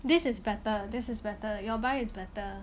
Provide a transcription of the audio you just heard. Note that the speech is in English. this is better this is better your buy is better